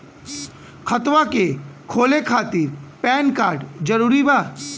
खतवा के खोले खातिर पेन कार्ड जरूरी बा?